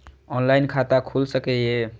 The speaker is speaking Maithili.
ऑनलाईन खाता खुल सके ये?